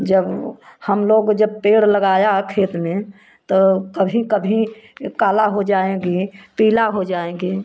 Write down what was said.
जब हम लोग जब पेड़ लगाया खेत में तो कभी कभी काला हो जाएंगे पीला हो जाएंगे